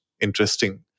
interesting